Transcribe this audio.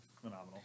phenomenal